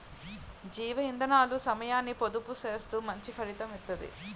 జీవ ఇందనాలు సమయాన్ని పొదుపు సేత్తూ మంచి ఫలితం ఇత్తది